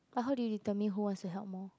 but how do you determine who wants to help more